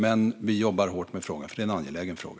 Men vi jobbar hårt med frågan, för det är en angelägen fråga.